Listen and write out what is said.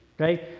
Okay